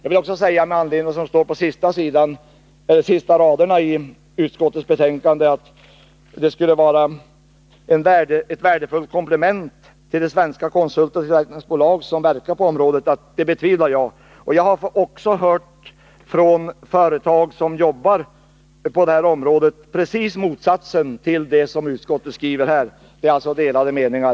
I slutet av betänkandet står det att bolaget enligt utskottets mening kommer att bli ett värdefullt komplement till de svenska konsultoch tillverkningsbolag som verkar på området. Jag vill med anledning av det säga att jag betvivlar detta. Från företag som arbetar på det här området har jag hört precis motsatsen till det som utskottet skriver. Det råder alltså delade meningar.